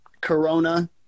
Corona